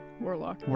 Warlock